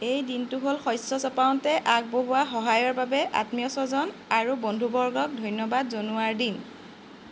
এই দিনটো হ'ল শস্য চপাওঁতে আগবঢ়োৱা সহায়ৰ বাবে আত্মীয় স্বজন আৰু বন্ধুবৰ্গক ধন্যবাদ জনোৱাৰ দিন